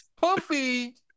Puffy